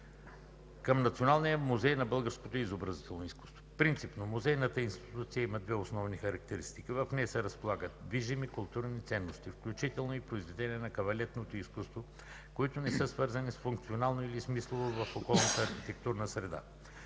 към Националния музей на българското изобразително изкуство. Принципно музейната институция има две основни характеристики. В нея се разполагат движими културни ценности, включително и произведения на кавалетното изкуство, които не са свързани функционално или смислово в околната архитектурна среда.